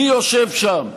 מי יושב שם?